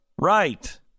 Right